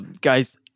Guys